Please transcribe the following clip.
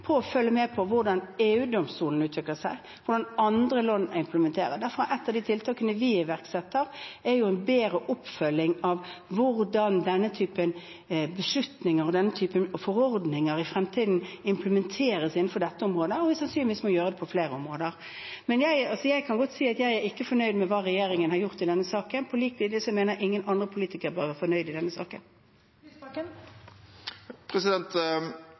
å følge med på hvordan EU-domstolen utvikler seg, og hvordan andre land implementerer dette. Derfor er ett av de tiltakene vi iverksetter, å få en bedre oppfølging av hvordan denne typen beslutninger og denne typen forordninger i fremtiden implementeres innenfor dette området, og vi må sannsynligvis gjøre det på flere områder. Jeg kan godt si at jeg er ikke fornøyd med hva regjeringen har gjort i denne saken. På lik linje mener jeg ingen andre politikere bør være fornøyde i denne saken. Audun Lysbakken